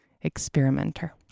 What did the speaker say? experimenter